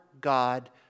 God